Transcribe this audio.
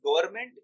government